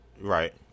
right